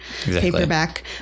paperback